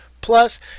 plus